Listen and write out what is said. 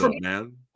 man